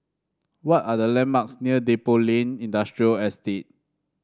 what are the landmarks near Depot Lane Industrial Estate